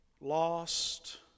lost